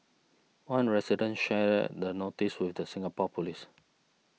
one resident shared the notice with the Singapore police